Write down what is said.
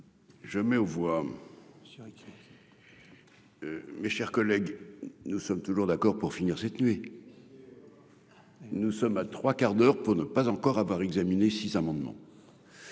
Je mets aux voix. Mes chers collègues, nous sommes toujours d'accord pour finir cette nuit. Nous sommes à trois quarts d'heure pour ne pas encore avoir examiné 6 amendements.